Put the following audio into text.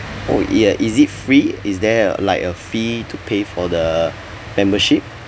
oh yeah is it free is there a like a fee to pay for the uh membership